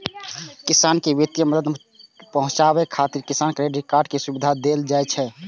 किसान कें वित्तीय मदद पहुंचाबै खातिर किसान क्रेडिट कार्ड के सुविधा देल जाइ छै